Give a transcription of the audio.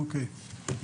אוקיי.